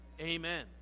amen